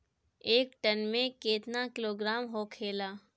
एक टन मे केतना किलोग्राम होखेला?